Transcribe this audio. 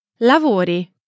Lavori